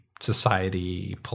society